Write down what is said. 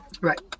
Right